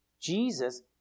Jesus